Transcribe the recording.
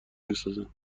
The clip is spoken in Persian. میسازم